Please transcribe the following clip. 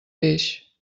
peix